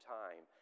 time